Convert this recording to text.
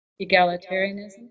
egalitarianism